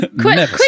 quick